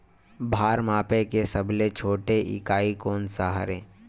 भार मापे के सबले छोटे इकाई कोन सा हरे?